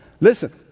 Listen